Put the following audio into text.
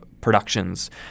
productions